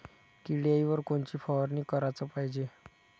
किड्याइवर कोनची फवारनी कराच पायजे?